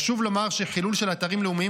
חשוב לומר שחילול של אתרים לאומיים